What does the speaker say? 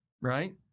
Right